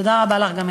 תודה רבה לך גם,